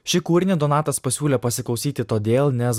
šį kūrinį donatas pasiūlė pasiklausyti todėl nes